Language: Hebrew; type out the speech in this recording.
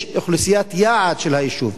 יש אוכלוסיית יעד של היישוב,